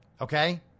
Okay